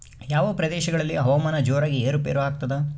ಯಾವ ಪ್ರದೇಶಗಳಲ್ಲಿ ಹವಾಮಾನ ಜೋರಾಗಿ ಏರು ಪೇರು ಆಗ್ತದೆ?